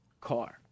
car